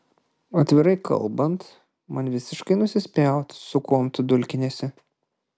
atvirai kalbant man visiškai nusispjauti su kuom tu dulkiniesi